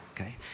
okay